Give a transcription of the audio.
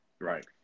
Right